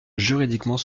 juridiquement